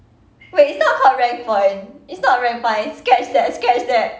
wait it's not called rank point it's not rank point scratch that scratch that